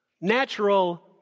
natural